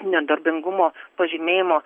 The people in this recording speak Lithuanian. nedarbingumo pažymėjimo